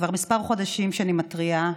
כבר כמה חודשים שאני מתריעה,